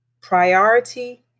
priority